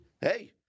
hey –